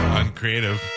uncreative